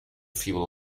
few